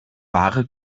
ware